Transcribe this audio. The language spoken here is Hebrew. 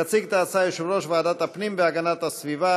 יציג את ההצעה יושב-ראש ועדת הפנים והגנת הסביבה,